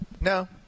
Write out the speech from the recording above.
No